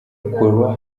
kuba